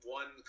one